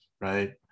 right